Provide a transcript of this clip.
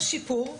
יש שיפור,